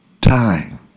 time